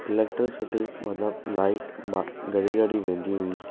electricity मतिलबु light मां घड़ी घड़ी वेंदी हुई